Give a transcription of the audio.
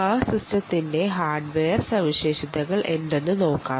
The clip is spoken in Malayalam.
ആ സിസ്റ്റത്തിന്റെ ഹാർഡ്വെയർ സവിശേഷതകൾ എന്തൊക്കെയാ ണെന്ന് നോക്കാം